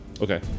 Okay